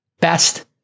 best